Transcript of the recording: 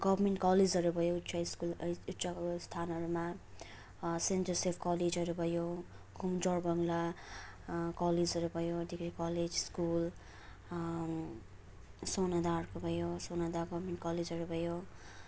government कलेजहरू भयो उच्च स्कुल उच्च स्थानहरूमा सेन्ट जोसेफ कलेजहरू भयो घुम जोरबङ्गला कलेजहरू भयो धेरै कलेज स्कुल सोनादाहरूको भयो सोनादा गभर्मेन्ट कलेजहरू भयो